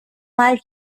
mal